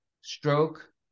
stroke